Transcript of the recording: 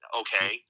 okay